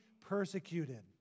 persecuted